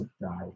died